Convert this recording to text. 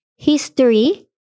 History